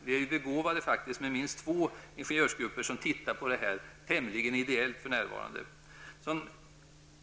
Vi är ju faktiskt begåvade med minst två ingenjörsgrupper som, tämligen ideellt, ägnar sig åt den här frågan för närvarande.